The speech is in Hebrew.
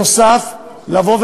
נוסף על כך,